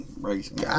raising